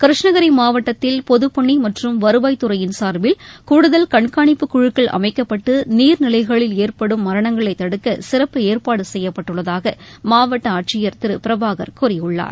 கிருஷ்ணகிரி மாவட்டத்தில் பொதுப் பணி மற்றும் வருவாய் துறையின் சார்பில் கூடுதல் கண்காணிப்பு குழுக்கள் அமைக்கப்பட்டு நீர்நிலைகளில் ஏற்படும் மரணங்களை தடுக்க சிறப்பு ஏற்பாடு செய்யப்பட்டுள்ளதாக மாவட்ட ஆட்சியர் திரு பிரபாகர் கூறியுள்ளார்